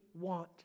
want